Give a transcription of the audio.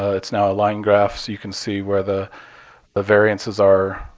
ah it's now a line graph so you can see where the the variances are.